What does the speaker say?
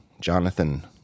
Jonathan